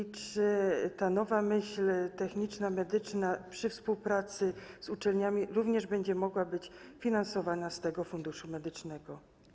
I czy ta nowa myśl techniczna, medyczna przy współpracy z uczelniami również będzie mogła być finansowana z Funduszu Medycznego?